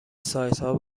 سایتهای